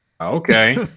Okay